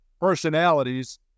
personalities